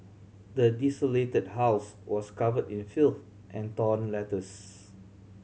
the desolated house was covered in filth and torn letters